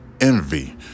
envy